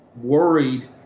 worried